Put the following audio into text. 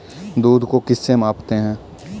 दूध को किस से मापते हैं?